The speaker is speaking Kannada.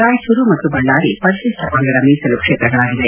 ರಾಯಚೂರು ಮತ್ತು ಬಳ್ಳಾರಿ ಪರಿಶಿಷ್ಟ ಪಂಗಡ ಮೀಸಲು ಕ್ಷೇತ್ರಗಳಾಗಿವೆ